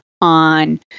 on